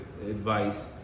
advice